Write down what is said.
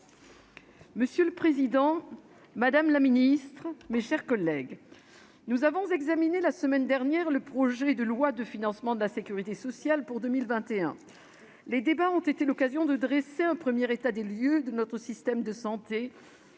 Monsieur le président, madame la ministre, mes chers collègues, nous avons examiné la semaine dernière le projet de loi de financement de la sécurité sociale pour 2021. Les débats ont été l'occasion de dresser un premier état des lieux de notre système de santé,